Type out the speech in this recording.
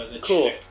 Cool